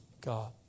God